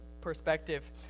perspective